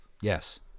Yes